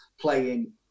playing